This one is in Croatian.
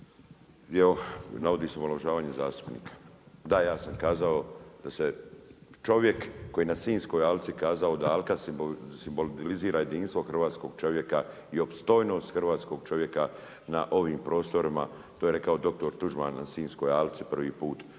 se navodi omalovažavanje zastupnika. Da ja sam kazao, da se čovjek koji na Sinjskoj alci kazao da Alka se simbolizira jedinstvo hrvatskog čovjeka i opstojnost hrvatskog čovjeka na ovim prostorima, to je rekao doktor Tuđman na Sinjskoj alci prvi put,